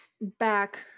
back